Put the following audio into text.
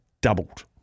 doubled